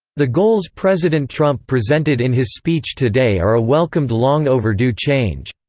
the goals president trump presented in his speech today are a welcomed long overdue change.